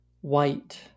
white